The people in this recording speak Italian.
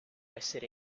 essere